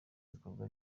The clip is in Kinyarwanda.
bikorwa